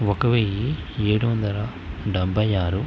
ఒక వెయ్యి ఏడు వందల డెబ్బై ఆరు